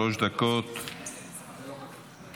שלוש דקות, אדוני.